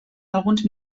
alguns